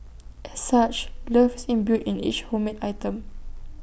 as such love is imbued in each homemade item